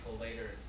later